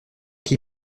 qui